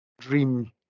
dream